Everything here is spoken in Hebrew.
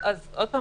עוד פעם,